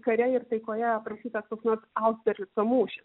kare ir taikoje aprašytas koks nors austerlico mūšis